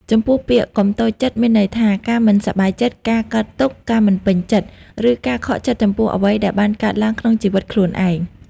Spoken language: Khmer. ចំពោះពាក្យ កុំតូចចិត្ត មានន័យថា ការមិនសប្បាយចិត្ត ការកើតទុក្ខ ការមិនពេញចិត្ត ឬការខកចិត្តចំពោះអ្វីដែលបានកើតឡើងក្នុងជីវិតខ្លួនឯង។